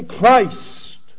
Christ